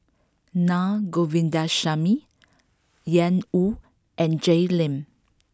Naa Govindasamy Ian Woo and Jay Lim